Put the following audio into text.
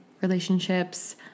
relationships